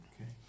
Okay